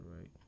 right